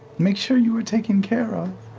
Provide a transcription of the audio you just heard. make sure you were taken care of.